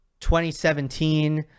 2017